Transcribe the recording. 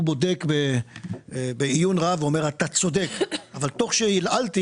הוא בדק בעיון רב ואמר: "תוך כדי שעלעלתי